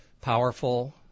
powerful